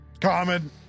Common